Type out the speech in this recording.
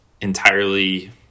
entirely